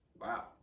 Wow